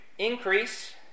Increase